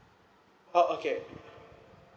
oh okay